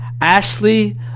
Ashley